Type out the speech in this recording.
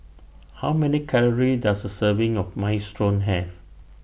How Many Calories Does A Serving of Minestrone Have